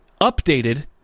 updated